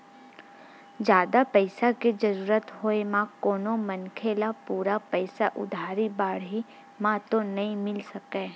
जादा पइसा के जरुरत होय म कोनो मनखे ल पूरा पइसा उधारी बाड़ही म तो नइ मिल सकय